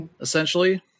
essentially